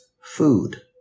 food